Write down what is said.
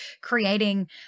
creating